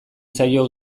zaio